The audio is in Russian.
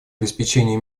обеспечения